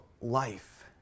life